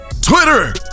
Twitter